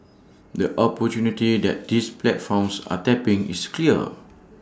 the opportunity that these platforms are tapping is clear